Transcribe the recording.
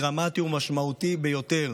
דרמטי ומשמעותי ביותר.